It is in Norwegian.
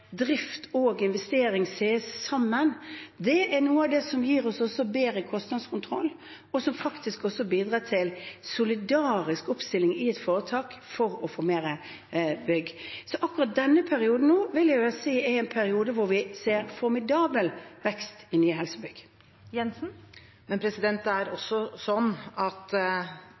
noe av det som gir oss bedre kostnadskontroll, og som faktisk også bidrar til solidarisk oppstilling i et foretak for å få mer bygg. Så akkurat denne perioden vil jeg si er en periode hvor vi ser en formidabel vekst i nye helsebygg. Men det er også slik at